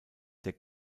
der